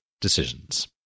decisions